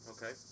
Okay